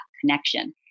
connection